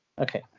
Okay